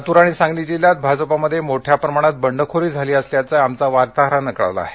लातूर आणि सांगली जिल्ह्यात भाजपामध्ये मोठ्या प्रमाणात बंडखोरी झाली असल्याचं आमच्या वार्ताहरानं कळवलं आहे